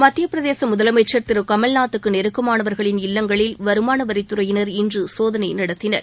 மத்தியப் பிரதேச முதலமைச்சர் திரு கமல்நாத் க்கு நெருக்கமானவர்களின் இல்லங்களில் வருமான வரித்துறையினர் இன்று சோதனை நடத்தினர்